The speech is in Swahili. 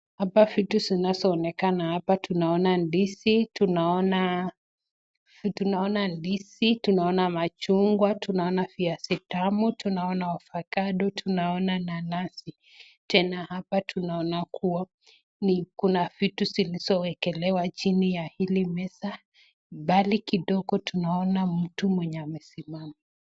Hapa vitu zinaonekana, hapa tunaona ndizi, tunaona machungwa, tunaona viazi tamu, tunaona avocado, tunaona nanasi Tena hapa tunaonakuwa Kuna vitu zilizowekelewa chini ya ili meza, mbali kidigo tunaona mtu mwenye amesimama.